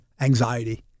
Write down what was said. anxiety